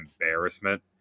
embarrassment